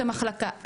את המחלקה,